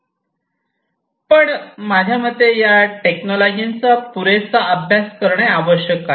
पण माझ्या मते या टेक्नॉलॉजीचा पुरेसा अभ्यास करणे आवश्यक आहे